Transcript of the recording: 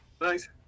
thanks